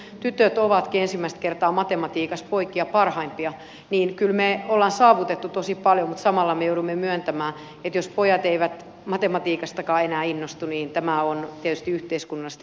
nyt kun tytöt ovatkin ensimmäistä kertaa matematiikassa poikia parempia niin kyllä me olemme saavuttaneet tosi paljon mutta samalla me joudumme myöntämään että jos pojat eivät matematiikastakaan enää innostu niin tämä on tietysti yhteiskunnallisesti kova juttu